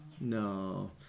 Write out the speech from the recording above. No